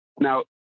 now